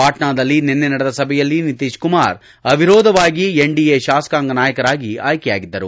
ಪಾಟ್ನಾದಲ್ಲಿ ನಿನ್ನೆ ನಡೆದ ಸಭೆಯಲ್ಲಿ ನಿತೀಶ್ಕುಮಾರ್ ಅವಿರೋಧವಾಗಿ ಎನ್ಡಿಎ ಶಾಸಕಾಂಗ ನಾಯಕರಾಗಿ ಆಯ್ಲೆಯಾಗಿದ್ದರು